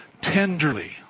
tenderly